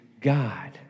God